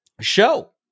show